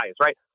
right